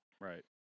right